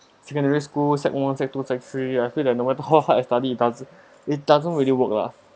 secondary school sec~ one sec~ two sec~ three I feel that no matter how hard I study it doesn't it doesn't really work lah